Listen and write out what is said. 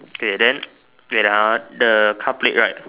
K then wait ah the car plate right